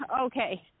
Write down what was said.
okay